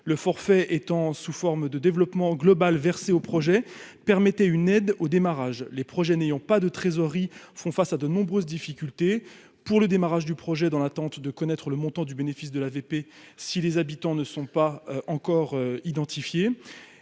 le forfait étant sous forme de développement global versé au projet permettait une aide au démarrage les projets n'ayant pas de trésorerie font face à de nombreuses difficultés pour le démarrage du projet dans l'attente de connaître le montant du bénéfice de la VP si les habitants ne sont pas encore identifié